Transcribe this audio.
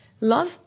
Love